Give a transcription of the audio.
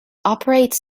operate